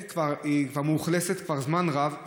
היא מאוכלסת כבר זמן רב.